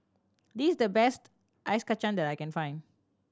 this the best Ice Kachang that I can find